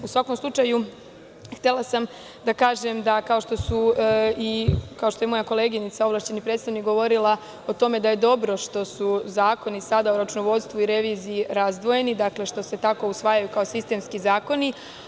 U svakom slučaju, htela sam da kažem kao što je i moja koleginica ovlašćeni predstavnik govorila, o tome da je dobro što su zakoni o računovodstvu i reviziji sada razdvojeni i što se tako usvajaju kao sistemski zakoni.